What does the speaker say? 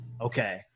Okay